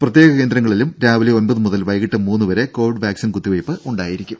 പ്രത്യേക കേന്ദ്രങ്ങളിലും രാവിലെ ഒൻപത് മുതൽ വൈകീട്ട് മൂന്ന് വരെ കോവിഡ് വാക്സിൻ കുത്തിവെയ്പ്പ് ഉണ്ടായിരിക്കും